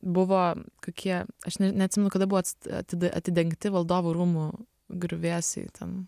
buvo kokie aš ne neatsimenu kada buvot ati atidengti valdovų rūmų griuvėsiai ten